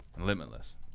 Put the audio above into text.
Limitless